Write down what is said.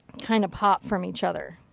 kind of pop from each other.